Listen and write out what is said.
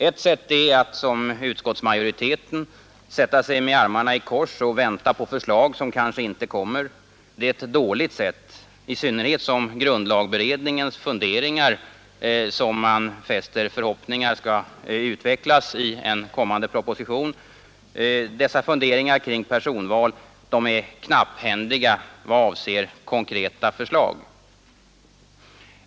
Ett sätt är att som utskottsmajoriteten sätta sig med armarna i kors och vänta på förslag som kanske inte kommer. Det är ett dåligt sätt, i synnerhet som grundlagberedningens funderingar kring personval, som man hoppas skall utvecklas i en kommande proposition, är knapphändiga i vad avser konkreta förslag.